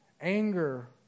Anger